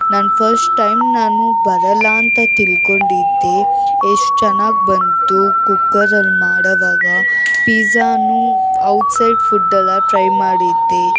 ನಾನು first time ನಾನು ಬರೋಲ್ಲ ಅಂತ ತಿಳ್ಕೊಂಡಿದ್ದೆ ಎಷ್ಟು ಚೆನ್ನಾಗಿ ಬಂತು ಕುಕ್ಕರಲ್ಲಿ ಮಾಡುವಾಗ ಪೀಝಾನು ಔಟ್ ಸೈಡ್ ಫುಡ್ಡೆಲ್ಲ ಟ್ರೈ ಮಾಡಿದ್ದೆ